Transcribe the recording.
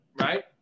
right